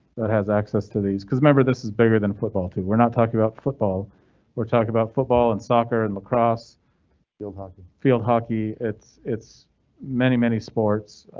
that has access to these. cause remember this is bigger than football too. we're not talking about football or talk about football and soccer and lacrosse field hockey, field hockey. it's it's many, many sports.